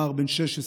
נער בן 16,